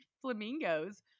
flamingos